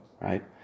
right